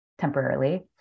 temporarily